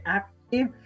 active